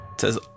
says